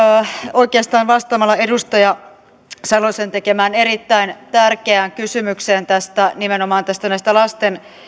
oikeastaan vastaamalla edustaja salosen tekemään erittäin tärkeään kysymykseen nimenomaan näistä